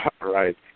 right